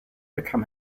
become